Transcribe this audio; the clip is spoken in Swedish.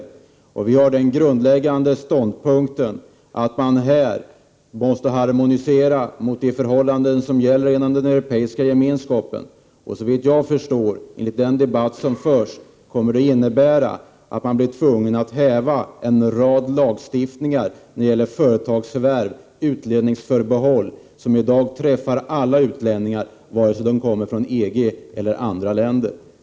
Vi moderater har den grundläggande åsikten att man måste harmonisera mot de förhållanden som gäller inom den Europeiska gemenskapen. Och såvitt jag förstår av den debatt som förs kommer det att innebära att man i Sverige blir tvungen att upphäva en rad lagar när det gäller företagsförvärv och utlänningsförbehåll som i dag drabbar alla utlänningar vare sig de kommer från EG-länderna eller från andra länder.